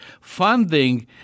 funding